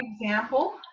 example